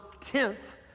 tenth